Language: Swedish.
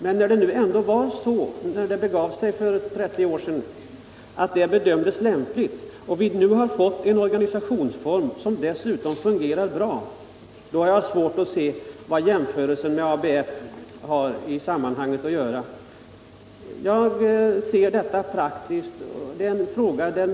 Men när det begav sig för 30 år sedan bestämde man sig för den organisationsform vi har i dag, och när den nu fungerar bra har jag svårt att se vad jämförelsen med ABF har i sammanhanget att göra. Jag ser detta praktiskt.